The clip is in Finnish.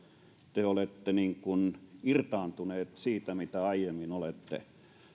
te olette irtaantunut siitä mitä aiemmin olitte